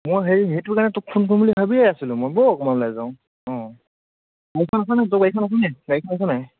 মোৰ সেই সেইটো কাৰণে তোক ফোন কৰিম বুলি ভাবিয়ে আছিলোঁ মই ব'ল অকণমান ওলাই যাওঁ অ' তোৰ গাড়ীখন আছে নাই গাড়ীখন আছে নাই